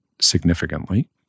significantly